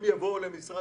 משרד